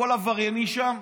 הכול עברייני שם,